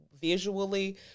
visually